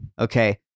Okay